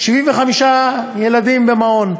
75 ילדים במעון.